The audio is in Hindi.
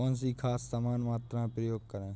कौन सी खाद समान मात्रा में प्रयोग करें?